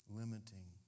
limiting